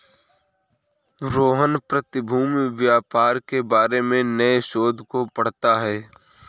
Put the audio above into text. रोहन प्रतिभूति व्यापार के बारे में नए शोध को पढ़ता है